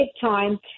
time